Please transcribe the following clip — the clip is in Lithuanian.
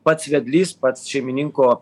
pats vedlys pats šeimininko